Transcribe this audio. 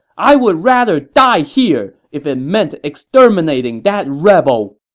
i would rather die here if it meant exterminating that rebel!